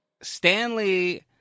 Stanley